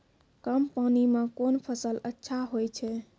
कम पानी म कोन फसल अच्छाहोय छै?